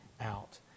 out